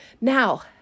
Now